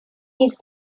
his